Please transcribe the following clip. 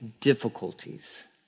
difficulties